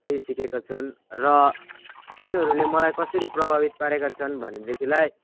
त्यही सिकेका छन् र तिनीहरूले मलाई कसरी प्रभावित पारेका छन् भनेदेखिलाई